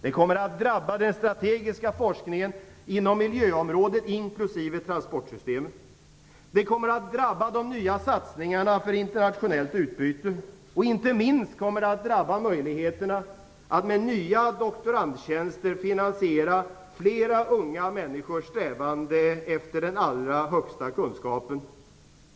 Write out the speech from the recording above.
Det kommer att drabba den strategiska forskningen inom miljöområdet, inklusive transportsystemen. Det kommer att drabba de nya satsningarna för internationellt utbyte. Inte minst kommer det att drabba möjligheterna att med nya doktorandtjänster finansiera flera unga människors strävande efter den allra högsta kunskapen.